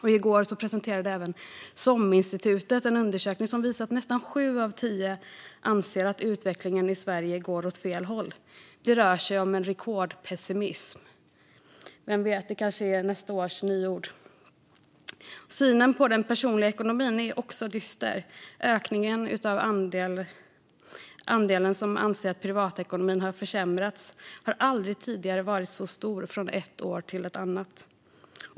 Och i går presenterade SOM-institutet en undersökning som visade att nästan sju av tio anser att utvecklingen i Sverige går åt fel håll. Det rör sig om en rekordpessimism - vem vet, det blir kanske nästa års nyord. Synen på den personliga ekonomin är också dyster. Ökningen av andelen som anser att privatekonomin har försämrats har aldrig tidigare varit så stor från ett år till ett annat.